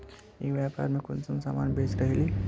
ई व्यापार में कुंसम सामान बेच रहली?